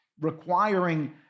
requiring